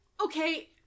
Okay